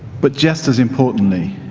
but just as importantly,